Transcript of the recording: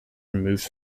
removed